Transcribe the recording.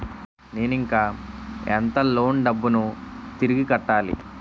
నేను ఇంకా ఎంత లోన్ డబ్బును తిరిగి కట్టాలి?